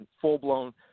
full-blown